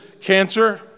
Cancer